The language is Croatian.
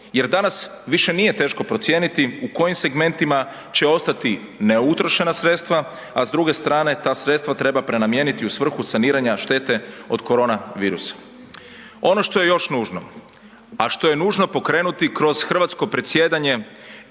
Jer danas više nije teško procijeniti u kojim segmentima će ostati neutrošena sredstava, a s druge strane ta sredstva treba prenamijeniti u svrhu saniranja štete od korona virusa. Ono što je još nužno, a što je nužno pokrenuti kroz hrvatsko predsjedanje